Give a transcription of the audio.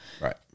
right